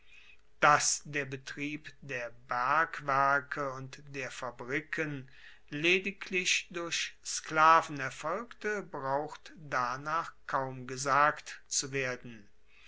dass der betrieb der bergwerke und der fabriken lediglich durch sklaven erfolgte braucht danach kaum gesagt zu werden